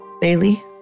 Bailey